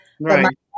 right